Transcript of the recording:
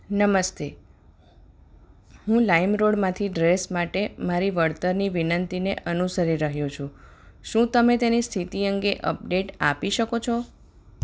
નમસ્તે હું લાઈમ રોડમાંથી ડ્રેસ માટે મારી વળતરની વિનંતીને અનુસરી રહ્યો છું શું તમે તેની સ્થિતિ અંગે અપડેટ આપી શકો છો